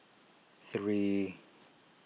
three